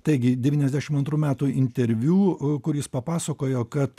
taigi devyniasdešim antrų metų interviu kur jis papasakojo kad